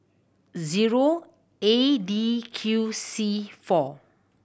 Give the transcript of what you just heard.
zero A D Q C four